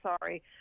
Sorry